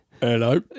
Hello